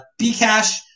Bcash